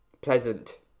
pleasant